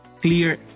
clear